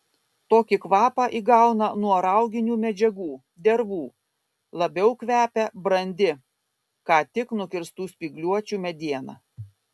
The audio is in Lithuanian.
tokį kvapą įgauna nuo rauginių medžiagų dervų labiau kvepia brandi ką tik nukirstų spygliuočių mediena